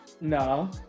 No